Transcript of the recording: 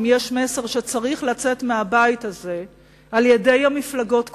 אם יש מסר שצריך לצאת מהבית הזה על-ידי המפלגות כולן,